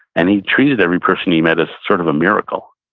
and he treated every person he met as sort of a miracle.